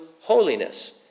holiness